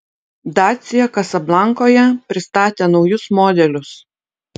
dacia kasablankoje pristatė naujus modelius